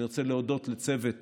אני רוצה להודות לצוות